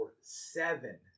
seven